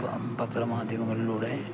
ഇപ്പം പത്രമാധ്യമങ്ങളിലൂടെ